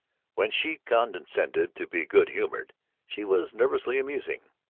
when she condescended to be good-humored she was nervously amusing.